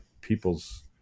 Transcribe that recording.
people's